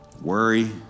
worry